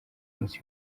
munsi